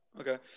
Okay